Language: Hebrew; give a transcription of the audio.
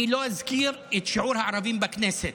אני לא אזכיר את שיעור הערבים בכנסת,